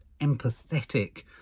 empathetic